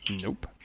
Nope